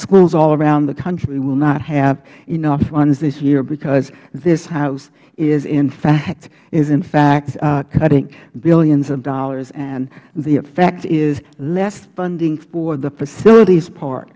schools all around the country will not have enough funds this year because this house is in fact cutting billions of dollars and the effect is less funding for the facilities part